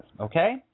Okay